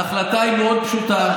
ההחלטה היא מאוד פשוטה.